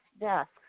desk